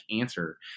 answer